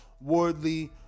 Wardley